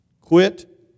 Quit